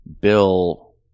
Bill